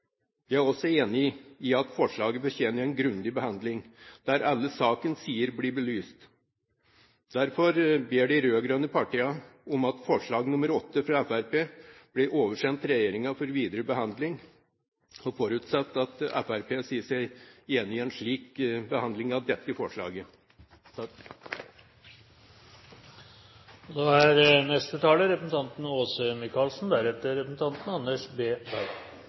er også enig i at forslaget fortjener en grundig behandling, der alle sakens sider blir belyst. Derfor ber de rød-grønne partiene om at forslag nr. 8, fra Fremskrittspartiet, blir oversendt regjeringen for videre behandling, og forutsetter at Fremskrittspartiet sier seg enig i en slik behandling av dette forslaget. Jeg hadde jo egentlig ønsket at representanten